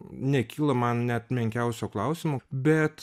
nekyla man net menkiausio klausimo bet